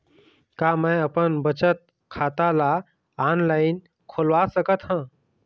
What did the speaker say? का मैं अपन बचत खाता ला ऑनलाइन खोलवा सकत ह?